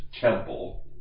temple